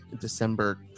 December